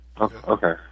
Okay